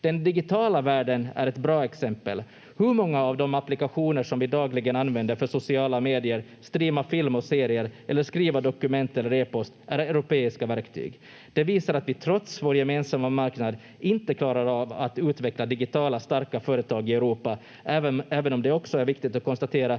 Den digitala världen är ett bra exempel. Hur många av de applikationer som vi dagligen använder för sociala medier, för att streama film och serier eller skriva dokument eller e-post är europeiska verktyg? Det visar att vi trots vår gemensamma marknad inte klarar av att utveckla digitala starka företag i Europa, även om det också är viktigt att konstatera